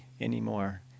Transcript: anymore